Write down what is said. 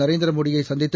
நரேந்திர மோடியை சந்தித்து